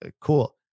Cool